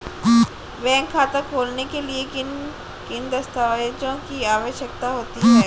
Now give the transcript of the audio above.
Bank खाता खोलने के लिए किन दस्तावेज़ों की आवश्यकता होती है?